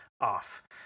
off